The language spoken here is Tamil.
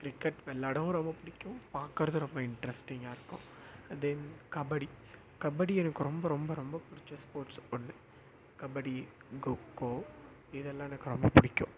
கிரிக்கெட் விளையாடவும் ரொம்ப பிடிக்கும் பார்க்கறது ரொம்ப இன்ட்ரெஸ்டிங்காக இருக்கும் தென் கபடி கபடி எனக்கு ரொம்ப ரொம்ப ரொம்ப பிடிச்ச ஸ்போர்ட்ஸ் ஒன்று கபடி கொக்கோ இதெல்லாம் எனக்கு ரொம்ப பிடிக்கும்